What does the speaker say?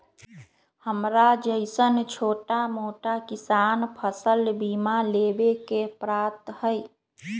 हमरा जैईसन छोटा मोटा किसान फसल बीमा लेबे के पात्र हई?